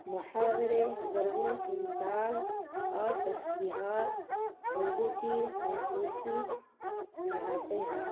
محاورے ضرب الامثال اور تشبیہات اردو کی خوبصورتی بڑھاتے ہیں